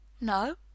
No